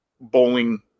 bowling